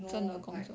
no like